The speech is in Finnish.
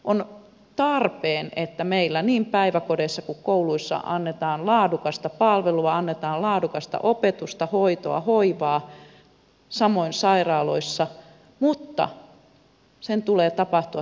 on tarpeen että meillä niin päiväkodeissa kuin kouluissa annetaan laadukasta palvelua annetaan laadukasta opetusta hoitoa hoivaa samoin sairaaloissa mutta sen tulee tapahtua terveissä rakennuksissa